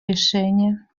решения